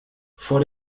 vor